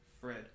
Fred